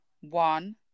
One